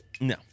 No